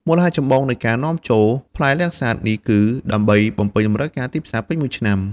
មូលហេតុចម្បងនៃការនាំចូលផ្លែលាំងសាតនេះគឺ ដើម្បីបំពេញតម្រូវការទីផ្សារពេញមួយឆ្នាំ។